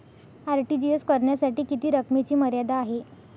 RTGS करण्यासाठी किती रकमेची मर्यादा आहे?